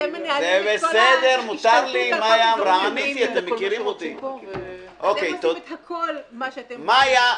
אתם מנהלים את כל ההשתלטות --- אתם עושים את הכול מה שאתם --- מאיה,